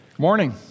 morning